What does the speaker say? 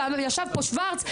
וישב פה שוורץ,